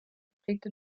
geprägte